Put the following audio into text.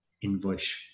invoice